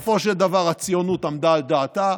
בסופו של דבר הציונות עמדה על דעתה,